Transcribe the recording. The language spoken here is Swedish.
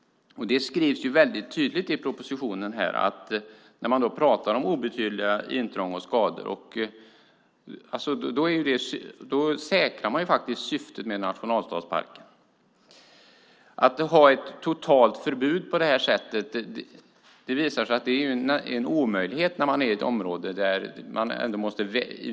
Det skrivs tydligt i propositionen när det talas om obetydliga intrång och skador. Då säkrar man samtidigt syftet med nationalstadsparken. Ett totalt förbud är en omöjlighet i ett sådant här område.